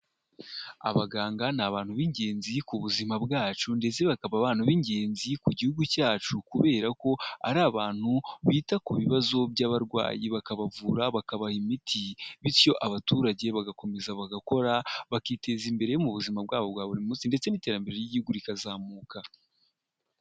Abaganga ni abantu b'ingenzi ku buzima bwacu ndetse bakaba abantu b'ingenzi ku gihugu cyacu, kubera ko ari abantu bita ku bibazo by'abarwayi bakabavura bakabaha imiti, bityo abaturage bagakomeza bagakora bakiteza imbere mu buzima bwabo bwa buri munsi ndetse n'iterambere ry'igihugu rikazamuka.